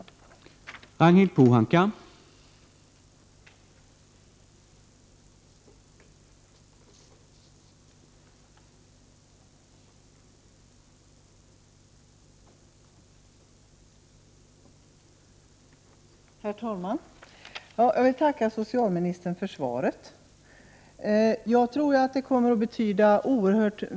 Då Per Gahrton, som framställt frågan, anmält att han var förhindrad att närvara vid sammanträdet, medgav andre vice talmannen att Ragnhild Pohanka i stället fick delta i överläggningen.